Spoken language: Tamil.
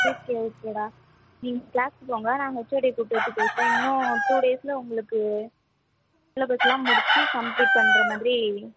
ஓகே ஓகேடா நீங்கள் கிளாஸ்க்கு போங்க நான் ஹெச்ஓடியை கூப்பிட்டு வச்சி பேசுகிறேன் இன்னும் டூ டேஸில் உங்களுக்கு சிலபஸ்லாம் முடிச்சு கம்ப்ளீட் பண்ணுற மாதிரி